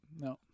no